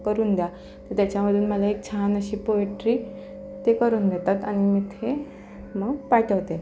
करून द्या तर त्याच्यामधून मला एक छान अशी पोएट्री ते करून देतात आणि मी ते मग पाठवते